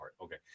Okay